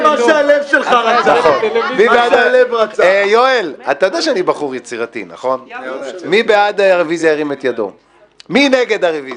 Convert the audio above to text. נגד, רוב נמנעים, אין הרביזיה לא נתקבלה.